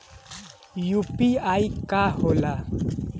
UPI का होला?